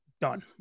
done